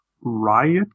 riot